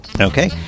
Okay